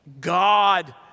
God